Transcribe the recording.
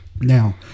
Now